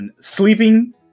sleeping